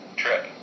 trip